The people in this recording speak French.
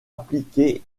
appliquer